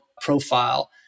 profile